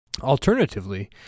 Alternatively